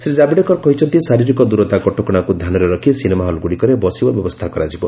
ଶ୍ରୀ ଜାବଡେକର କହିଛନ୍ତି ଶାରୀରିକ ଦୂରତା କଟକଣାକୁ ଧ୍ୟାନରେ ରଖି ସିନେମାହଲଗୁଡ଼ିକରେ ବସିବା ବ୍ୟବସ୍ଥା କରାଯିବ